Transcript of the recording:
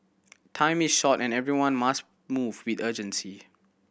time is short and everyone must move with urgency